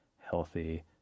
healthy